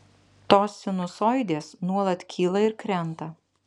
tos sinusoidės nuolat kyla ir krenta